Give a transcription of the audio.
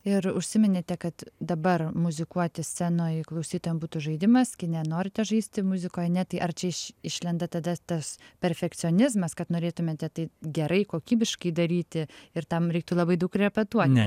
ir užsiminėte kad dabar muzikuoti scenoj klausytojam būtų žaidimas kai nenorite žaisti muzikoje ane ar čia iš išlenda tada tas perfekcionizmas kad norėtumėte tai gerai kokybiškai daryti ir tam reiktų labai daug repetuoti